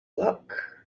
luck